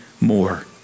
more